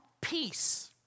Peace